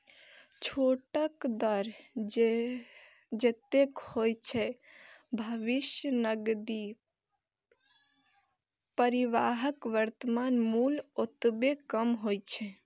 छूटक दर जतेक होइ छै, भविष्यक नकदी प्रवाहक वर्तमान मूल्य ओतबे कम होइ छै